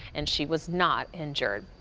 and she was not injured.